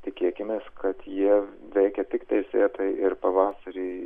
tikėkimės kad jie veikia tik teisėtai ir pavasarį